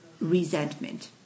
resentment